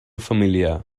familiar